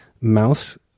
mouse